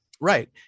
Right